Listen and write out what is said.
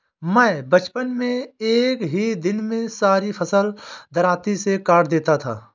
मैं बचपन में एक ही दिन में सारी फसल दरांती से काट देता था